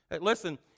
Listen